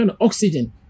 oxygen